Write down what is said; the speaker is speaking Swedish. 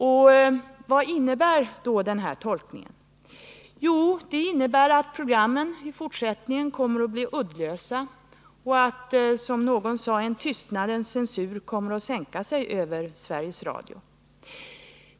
Vad innebär då denna tolkning? Den innebär att programmen i fortsättningen kommer att bli uddlösa och att, som någon sade, en tystnadens censur kommer att sänka sig över Sveriges Radio.